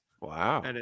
Wow